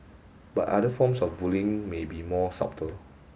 but other forms of bullying may be more subtle